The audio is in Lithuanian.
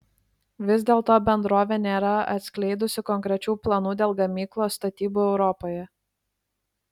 vis dėlto bendrovė nėra atskleidusi konkrečių planų dėl gamyklos statybų europoje